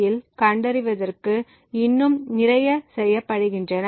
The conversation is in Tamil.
யில் கண்டறிவதற்கு இன்னும் நிறைய செய்யப்படுகின்றன